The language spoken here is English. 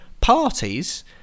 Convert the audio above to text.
parties